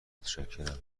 متشکرم